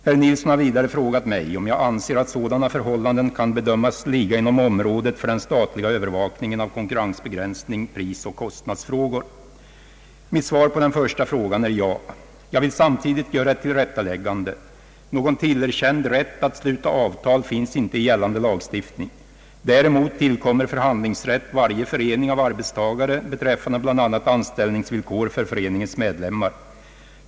Herr Nilsson har vidare frågat mig om jag anser att sådana förhållanden kan bedömas ligga inom området för Mitt svar på den första frågan är ja. Jag vill samtidigt göra ett tillrättaläggande. Någon tillerkänd rätt att sluta avtal finns inte i gällande lagstiftning. Däremot tillkommer förhandlingsrätt varje förening av arbetstagare beträffande bl.a. anställningsvillkor för föreningens medlemmar.